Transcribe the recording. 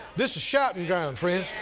this is shouting ground, friends.